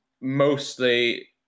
Mostly